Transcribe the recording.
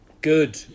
Good